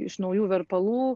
iš naujų verpalų